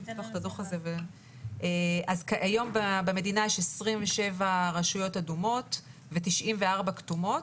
אז היום במדינה יש 27 רשויות אדומות ו-94 כתומות.